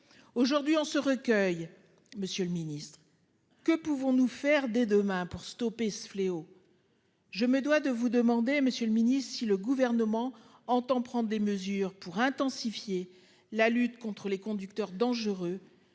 Aujourd'hui on se recueille, Monsieur le Ministre, que pouvons-nous faire dès demain pour stopper ce fléau. Je me dois de vous demander, Monsieur le Ministre, si le gouvernement entend prendre des mesures pour intensifier la lutte contre les conducteurs dangereux